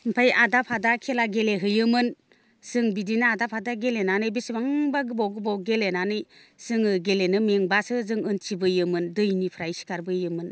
ओमफाय आदा फादा खेला गेलेहैयोमोन जों बिदिनो आदा फादा गेलेनानै बेसिबांबा गोबाव गोबाव गेलेनानै जोङो गेलेनो मेंब्लासो जों ओनथिबोयोमोन दैनिफ्राय सिखारबोयोमोन